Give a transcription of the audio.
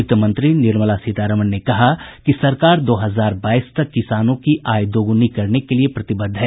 वित्तमंत्री निर्मला सीतारामण ने कहा कि सरकार दो हजार बाईस तक किसानों की आय दोगुनी करने के लिए प्रतिबद्ध है